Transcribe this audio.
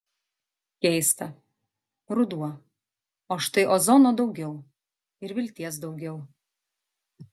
keista ruduo o štai ozono daugiau ir vilties daugiau